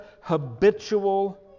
habitual